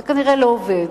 זה כנראה לא עובד,